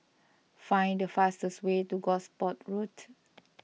find the fastest way to Gosport Road